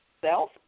self